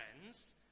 friends